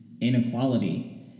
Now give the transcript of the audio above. inequality